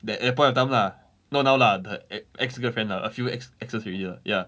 that at that point in time lah not now lah but ex ex girlfriend lah a few ex exes already lah ya